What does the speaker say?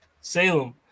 Salem